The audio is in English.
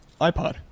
iPod